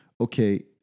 okay